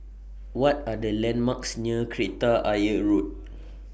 What Are The landmarks near Kreta Ayer Road